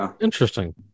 Interesting